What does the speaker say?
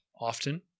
often